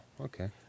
okay